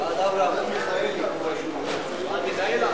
ההצעה להעביר את